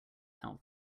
health